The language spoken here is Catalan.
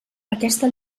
aquesta